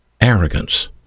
Arrogance